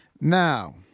Now